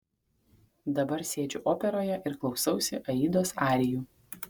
dabar sėdžiu operoje ir klausausi aidos arijų